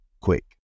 quick